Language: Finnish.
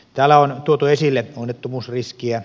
täällä on tuotu esille onnettomuusriskiä